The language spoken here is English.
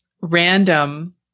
random